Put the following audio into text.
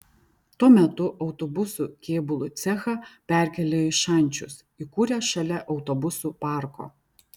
tuo metu autobusų kėbulų cechą perkėlė į šančius įkūrė šalia autobusų parko